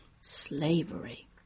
Slavery